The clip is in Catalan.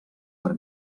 per